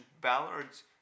Ballard's